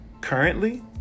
currently